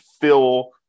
fill